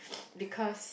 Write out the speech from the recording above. because